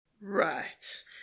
Right